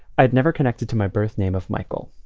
i had never connected to my birth name of michael.